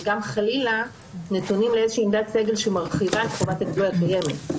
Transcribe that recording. וגם חלילה נתונים לאיזושהי עמדת סגל שמרחיבה את חובת הגילוי הקיימת.